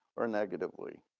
or negatively?